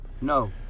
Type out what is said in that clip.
No